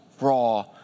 raw